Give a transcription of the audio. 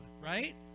right